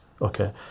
okay